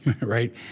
right